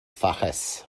faches